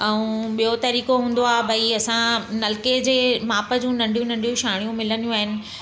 ऐं ॿियों तरीक़ो हूंदो आहे भई असां नलके जे माप जूं नंढियूं नंढियूं शाणियूं मिलंदियूं आहिनि